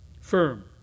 firm